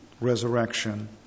resurrection